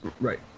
Right